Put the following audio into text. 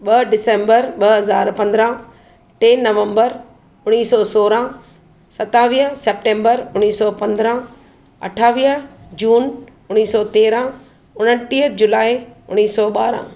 ॿ डिसेंबर ॿ हज़ार पंद्ररहां टे नवंबरु उणिवीह सौ सोरहां सतावीह सप्टेंबरु उणिवीह सौ पंद्ररहां अठावीह जून उणिवीह सौ तेरहां उणटीह जुलाइ उणिवीह सौ बारहां